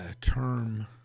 term